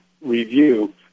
review